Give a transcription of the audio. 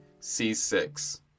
c6